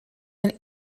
een